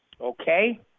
Okay